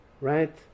right